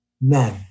None